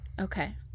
Okay